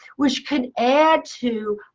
which could add to